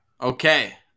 Okay